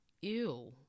Ew